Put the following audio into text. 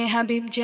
Habib